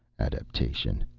adaptation.